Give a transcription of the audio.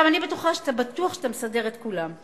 עכשיו, אני בטוחה שאתה בטוח שאתה מסדר את כולם.